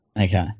Okay